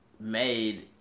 made